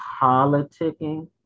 politicking